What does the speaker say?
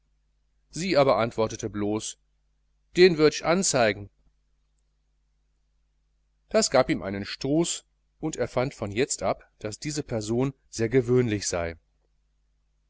sie aber antwortete blos den würd'ch anzeigen das gab ihm einen stoß und er fand von jetzt ab daß diese person sehr gewöhnlich sei